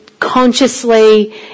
consciously